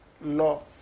law